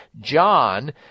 john